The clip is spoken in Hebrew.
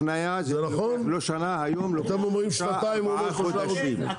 אתם אומרים שנתיים, והוא אומר שלושה חודשים.